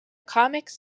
comics